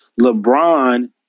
lebron